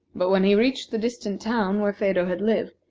but when he reached the distant town where phedo had lived,